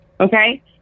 Okay